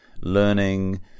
learning